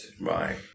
Right